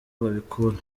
babikura